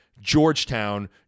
Georgetown